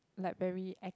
like very act